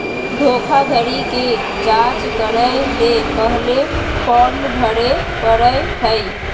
धोखाधड़ी के जांच करय ले पहले फॉर्म भरे परय हइ